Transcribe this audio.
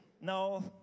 No